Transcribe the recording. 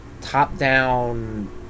top-down